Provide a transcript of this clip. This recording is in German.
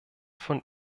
von